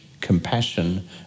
compassion